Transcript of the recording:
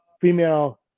female